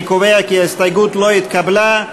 אני קובע כי ההסתייגות לא התקבלה.